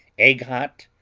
egg-hot,